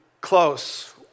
close